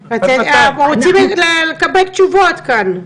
אנחנו רוצים לקבל תשובות כאן.